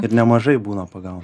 ir nemažai būna paguna